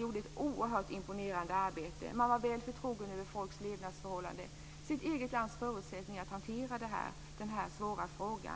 gjorde ett mycket imponerande arbete. Man var väl förtrogen med folks levnadsförhållanden, sitt lands förutsättningar att hantera denna svåra fråga.